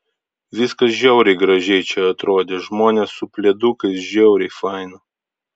viskas žiauriai gražiai čia atrodė žmonės su pledukais žiauriai faina